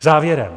Závěrem.